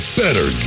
better